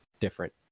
Different